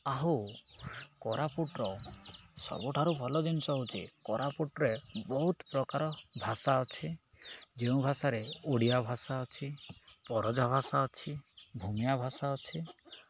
ଆଉ କୋରାପୁଟର ସବୁଠାରୁ ଭଲ ଜିନିଷ ହେଉଛି କୋରାପୁଟରେ ବହୁତ ପ୍ରକାର ଭାଷା ଅଛି ଯେଉଁ ଭାଷାରେ ଓଡ଼ିଆ ଭାଷା ଅଛି ପରଜା ଭାଷା ଅଛି ଭୂମିଆ ଭାଷା ଅଛି